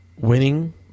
winning